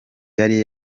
yari